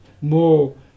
more